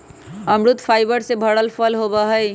अमरुद फाइबर से भरल फल होबा हई